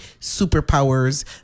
superpowers